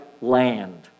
land